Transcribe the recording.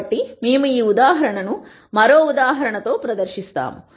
కాబట్టి మేము ఈ ఉదాహరణను మరో ఉదాహరణ తో ప్రదర్శిస్తాము